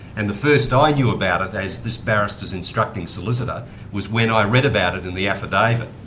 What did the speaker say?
and the first i knew about it as this barrister's instructing solicitor was when i read about it in the affidavit.